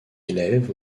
élève